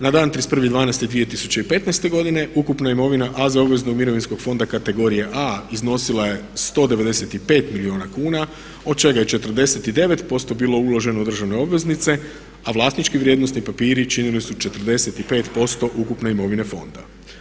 Na dan 31.12.2015. godine ukupna imovina AZ obveznog mirovinskog fonda kategorije A iznosila je 195 milijuna kuna od čega je 49% bilo uloženo u državne obveznice a vlasnički vrijednosni papiri činili su 45% ukupne imovine fonda.